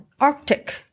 Arctic